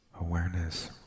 awareness